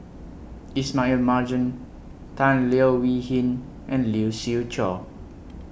Ismail Marjan Tan Leo Wee Hin and Lee Siew Choh